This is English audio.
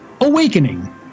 Awakening